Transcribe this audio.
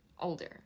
older